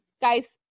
Guys